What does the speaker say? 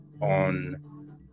on